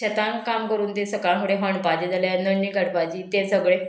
शेतान काम करून तें सकाळ फुडें होणपाचें जाल्यार नण्णी काडपाची तें सगळें